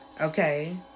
Okay